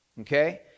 okay